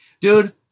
dude